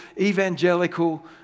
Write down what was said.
evangelical